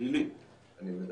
פלילי אני מדבר.